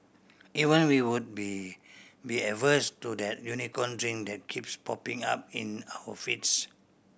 even we would be be averse to that Unicorn Drink that keeps popping up in our feeds